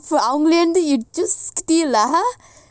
ah tricks அங்கஇருந்து:anga irunthu you just steal lah !huh!